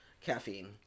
caffeine